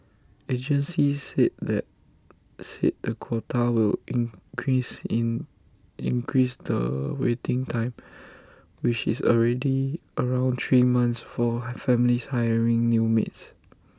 agencies said that said the quota will increase in increase the waiting time which is already around three months for families hiring new maids